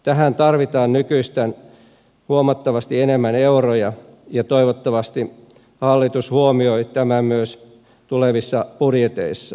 tähän tarvitaan nykyistä huomattavasti enemmän euroja ja toivottavasti hallitus huomioi tämän myös tulevissa budjeteissa